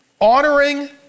honoring